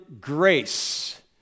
grace